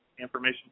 information